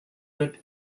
that